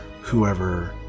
whoever